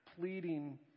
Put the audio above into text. pleading